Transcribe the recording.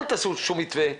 אל תעשו שום מתווה,